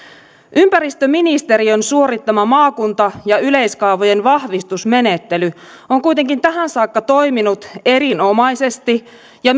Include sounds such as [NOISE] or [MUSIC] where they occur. ympäristöministeriön suorittama maakunta ja yleiskaavojen vahvistusmenettely on kuitenkin tähän saakka toiminut erinomaisesti ja [UNINTELLIGIBLE]